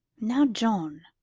now, john.